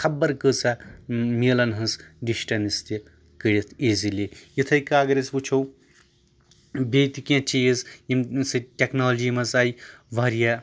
خبر کۭژاہ میٖلَن ہٕنٛز ڈِسٹَنٛس تہِ کٔرِتھ ایٖزِلی یِتھٔے کٔنۍ اگر أسۍ وٕچھو بیٚیہِ تہِ کینٛہہ چیٖز یِمن سۭتۍ ٹیکنالجی منٛز آیہِ واریاہ